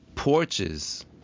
porches